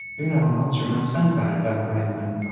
you're not a monster. my son got it about right when